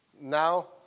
Now